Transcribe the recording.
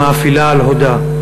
המאפילה על הודה.